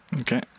Okay